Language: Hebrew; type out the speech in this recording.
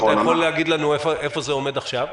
אתה יכול להגיד לנו איפה זה עומד עכשיו?